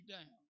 down